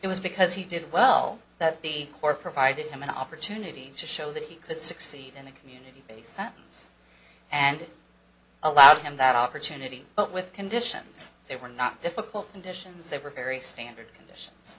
it was because he did well that the court provided him an opportunity to show that he could succeed in the community based sentence and allowed him that opportunity but with conditions they were not difficult conditions they were very standard conditions